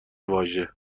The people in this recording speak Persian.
واژه